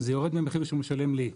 זה יורד מהמחיר שהוא משלם לי,